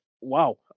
wow